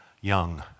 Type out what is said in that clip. young